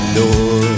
door